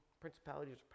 principalities